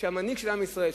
המנהיג של עם ישראל,